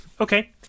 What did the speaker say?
Okay